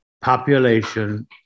population